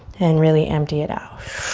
and really empty it out.